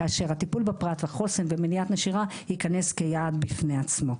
כאשר הטיפול בפרט והחוסן במניעת נשירה ייכנס כיעד בפני עצמו.